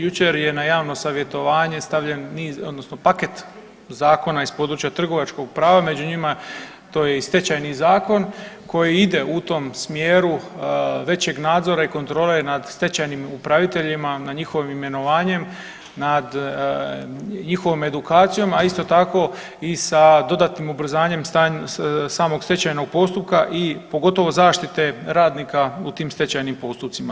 Jučer je na javno savjetovanje stavljen niz odnosno paket zakona iz područja trgovačkog prava, među njima to je i Stečajni zakon koji ide u tom smjeru većeg nadzora i kontrole nad stečajnim upraviteljima na njihovim imenovanjem, nad njihovom edukacijom, a isto tako i sa dodatnim ubrzanjem samog stečajnog postupka i pogotovo zaštite radnika u tim stečajnim postupcima.